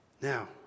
Now